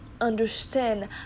understand